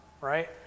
right